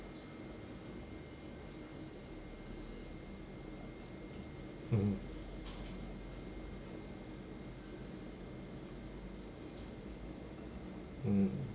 mm mm